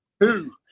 two